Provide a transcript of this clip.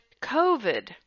COVID